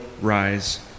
rise